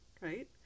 right